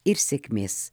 ir sėkmės